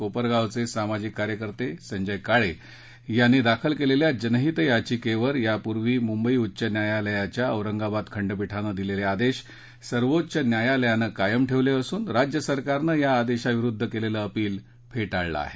कोपरगावचे सामाजिक कार्यकर्ते संजय काळे यांनी दाखल केलेल्या जनहित याचिकेवर यापर्वी मुंबई उच्च न्यायालयाच्या औरंगाबाद खंडपीठानं दिलेले आदेश सर्वोच्च न्यायालयानं कायम ठेवले असून राज्य सरकारनं या आदेशाविरूद्ध केलेलं अपील फेटाळलं आहे